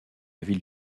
ville